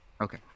Okay